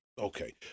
Okay